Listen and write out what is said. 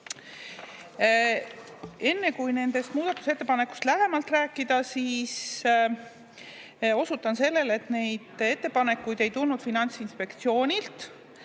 kui nendest muudatusettepanekust lähemalt rääkida, osutan sellele, et ettepanekuid ei tulnud Finantsinspektsioonilt,